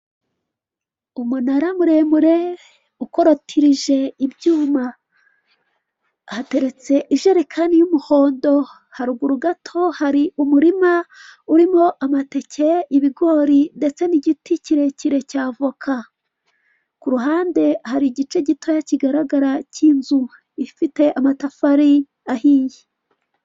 Umunara muremure ukolotirije ibyuma hateretse ijerekani y'umuhondo haruhuru gato hari umurima urimo amateke, ibigori ndetse n'igiti kirekire cya voka kuruhande hari igice gitoya kigaragara cy'inzu ifite amatafari ahiye.